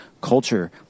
culture